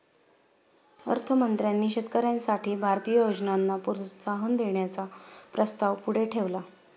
अर्थ मंत्र्यांनी शेतकऱ्यांसाठी भारतीय योजनांना प्रोत्साहन देण्याचा प्रस्ताव पुढे ठेवला